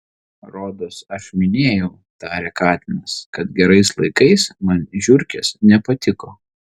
rodos aš minėjau tarė katinas kad gerais laikais man žiurkės nepatiko